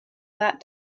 that